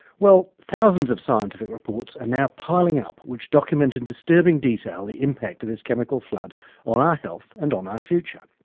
well, thousands of scientific reports are now piling up which document in disturbing detail the impact of this chemical flood on our health and on our future.